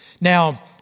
Now